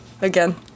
Again